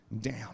down